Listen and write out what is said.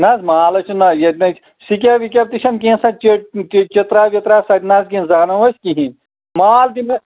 نہ حظ مال چھُنا ییٚتہِ نَےسِکیب وِکیب تہِ چھےٚ نہٕ کیٚنہہ چٔترا ؤترا سۄ تہِ نا حظ کیٚنٛہہ زانو نہ حظ کِہیٖنٛۍ مال چھُ مےٚ